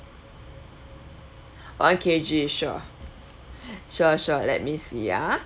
one K_G sure sure sure let me see ah